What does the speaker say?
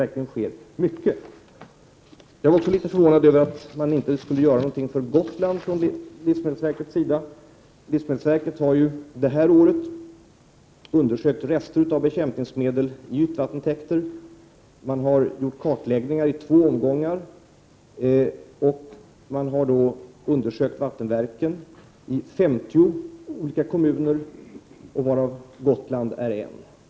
Jag var också litet förvånad över påståendet att livsmedelsverket inte skulle göra någonting för Gotland. Livsmedelsverket har ju detta år undersökt rester av bekämpningsmedel i ytvattentäkter. Man har gjort kartläggningar i två omgångar och har då undersökt vattenverken i 50 olika kommuner varav Gotland är en.